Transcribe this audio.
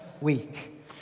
week